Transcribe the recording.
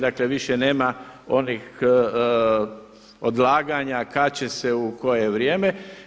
Dakle, više nema onih odlaganja kad će se u koje vrijeme.